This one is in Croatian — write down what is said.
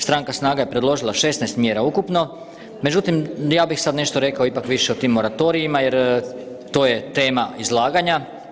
Stranka SNAGA je predložila 16 mjera ukupno, međutim ja bih sada nešto ipak više rekao o tim moratorijima jer to je tema izlaganja.